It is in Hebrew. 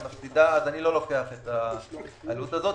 היא מפסידה - אני לא לוקח את העלות הזאת.